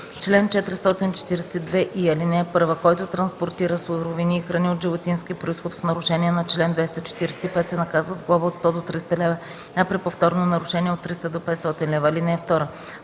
Чл. 442и. (1) Който транспортира суровини и храни от животински произход в нарушение на чл. 245, се наказва с глоба от 100 до 300 лв., а при повторно нарушение – от 300 до 500 лв. (2) Когато